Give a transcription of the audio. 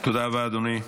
תודה רבה, אדוני.